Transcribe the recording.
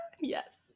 Yes